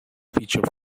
feature